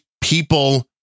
people